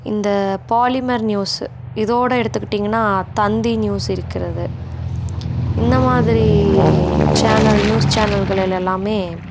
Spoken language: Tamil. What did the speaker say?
இந்த பாலிமர் நியூஸு இதோடய எடுத்துக்கிட்டீங்கன்னால் தந்தி நியூஸ் இருக்கிறது இந்த மாதிரி சேனல் நியூஸ் சேனல்கள் எல்லாமே